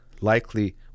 likely